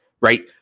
right